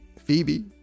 Phoebe